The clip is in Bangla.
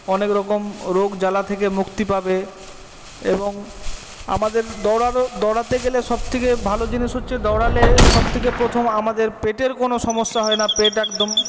অনেক রকম রোগ জ্বালা থেকে মুক্তি পাবে এবং আমাদের দৌড়ানো দৌড়াতে গেলে সবথেকে ভালো জিনিস হচ্ছে দৌড়ালে সবথেকে প্রথম আমাদের পেটের কোনো সমস্যা হয় না পেট একদম